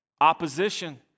Opposition